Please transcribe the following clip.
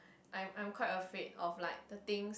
I'm I'm quite afraid of like the thing